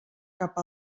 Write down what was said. cap